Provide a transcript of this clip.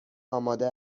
آماده